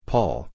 Paul